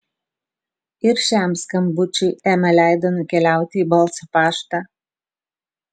ir šiam skambučiui ema leido nukeliauti į balso paštą